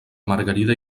margarida